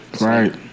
Right